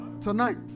tonight